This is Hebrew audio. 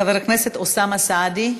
חבר הכנסת אוסאמה סעדי,